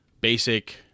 basic